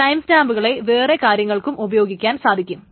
time സ്റ്റാമ്പുകളെ വേറെ കാര്യങ്ങൾക്കും ഉപയോഗിക്കാൻ സാധിക്കും